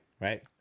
Right